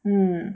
mm